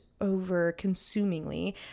over-consumingly